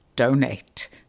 donate